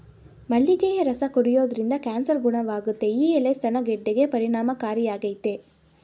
ಮಲ್ಲಿಗೆಯ ರಸ ಕುಡಿಯೋದ್ರಿಂದ ಕ್ಯಾನ್ಸರ್ ಗುಣವಾಗುತ್ತೆ ಈ ಎಲೆ ಸ್ತನ ಗೆಡ್ಡೆಗೆ ಪರಿಣಾಮಕಾರಿಯಾಗಯ್ತೆ